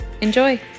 Enjoy